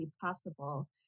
possible